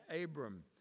Abram